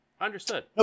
Understood